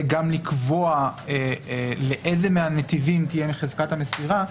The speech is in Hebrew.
גם לקבוע לאיזה מהנתיבים תהיה חזקת המסירה,